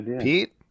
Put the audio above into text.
Pete